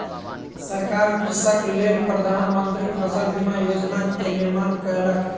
सरकार कृषकक लेल प्रधान मंत्री फसल बीमा योजना के निर्माण कयलक